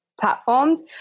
Platforms